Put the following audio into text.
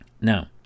Now